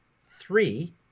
three